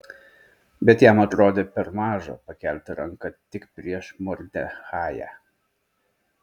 bet jam atrodė per maža pakelti ranką tik prieš mordechają